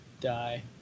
die